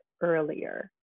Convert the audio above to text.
earlier